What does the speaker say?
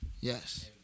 Yes